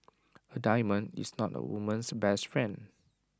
A diamond is not A woman's best friend